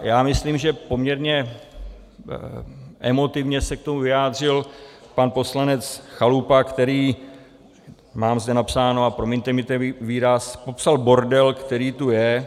Já myslím, že poměrně emotivně se k tomu vyjádřil pan poslanec Chalupa, který, mám zde napsáno, a promiňte mi ten výraz, popsal bordel, který tu je.